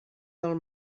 del